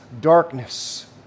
darkness